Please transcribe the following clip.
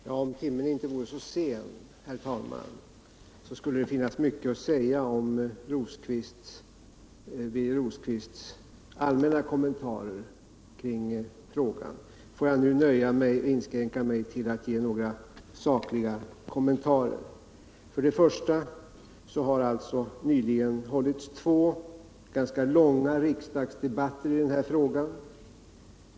Herr talman! Om timmen inte vore så sen, herr talman, skulle det finnas mycket att säga om Birger Rosqvists allmänna kommentarer kring frågan. Nu får jag inskränka mig till att ge några sakliga kommentarer. Det har nyligen hållits två ganska långa riksdagsdebatter i den här frågan.